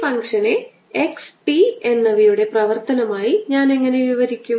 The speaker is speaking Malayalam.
ഈ ഫംഗ്ഷനെ x t എന്നിവയുടെ പ്രവർത്തനമായി ഞാൻ എങ്ങനെ വിവരിക്കും